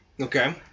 Okay